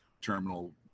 terminal